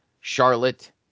Charlotte